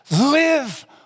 Live